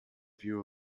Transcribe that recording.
view